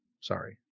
Sorry